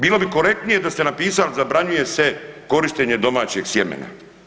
Bilo bi korektnije da ste napisali „zabranjuje se korištenje domaćeg sjemena“